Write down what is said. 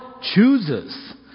chooses